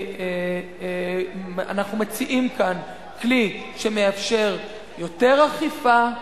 אנחנו מציעים כאן כלי שמאפשר יותר אכיפה,